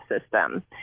system